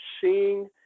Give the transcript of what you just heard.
seeing